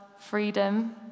freedom